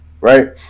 right